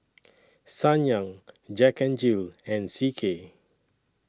Ssangyong Jack N Jill and C K